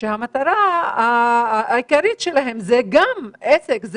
שהמטרה העיקרית שלהם זה גם עסק,